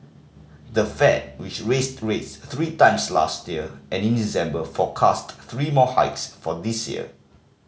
the Fed which raised rates three times last year and in December forecast three more hikes for this year